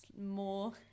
more